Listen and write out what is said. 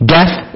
Death